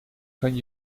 kan